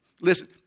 Listen